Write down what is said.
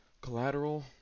collateral